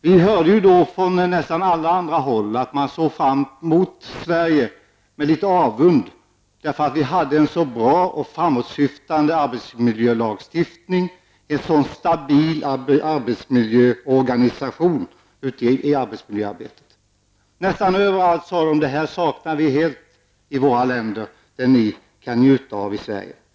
Vi hörde då från nästan alla andra håll att man såg på Sverige med litet avund, därför att vi hade en så bra och framåtsyftande arbetsmiljölagstiftning och en så stabil organisation i arbetsmiljöarbetet. Nästan överallt sade de: I våra länder saknar vi helt det som ni kan njuta av i Sverige.